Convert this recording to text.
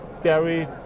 dairy